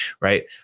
Right